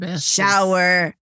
shower